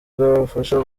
bwabafasha